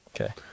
Okay